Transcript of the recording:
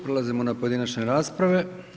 Prelazimo na pojedinačne rasprave.